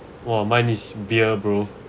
!wah! mine is beer bro